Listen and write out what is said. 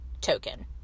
token